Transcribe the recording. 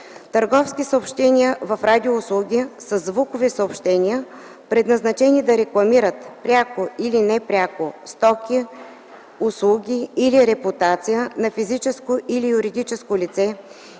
Търговски съобщения в радиоуслуги са звукови съобщения, предназначени да рекламират, пряко или непряко, стоки, услуги или репутация на физическо или юридическо лице,